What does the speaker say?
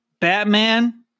batman